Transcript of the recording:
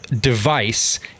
device